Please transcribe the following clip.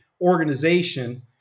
organization